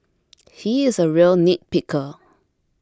he is a real nitpicker